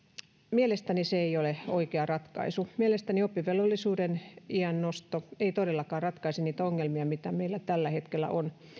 mielestäni se ei ole oikea ratkaisu mielestäni oppivelvollisuuden iän nosto ei todellakaan ratkaise niitä ongelmia mitä meillä tällä hetkellä on